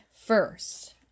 first